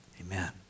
Amen